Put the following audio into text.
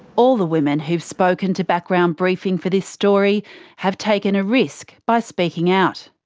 all the women who've spoken to background briefing for this story have taken a risk by speaking out.